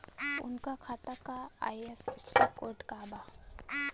उनका खाता का आई.एफ.एस.सी कोड का बा?